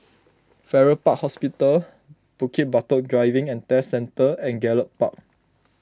Farrer Park Hospital Bukit Batok Driving and Test Centre and Gallop Park